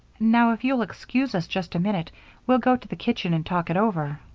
now if you'll excuse us just a minute we'll go to the kitchen and talk it over.